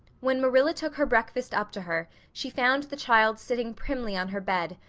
when marilla took her breakfast up to her she found the child sitting primly on her bed,